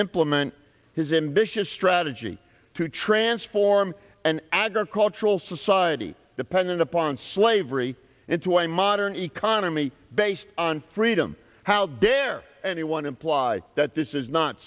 implement his ambitious strategy to transform an agricultural society dependent upon slavery into a modern economy based on freedom how dare anyone imply that this is not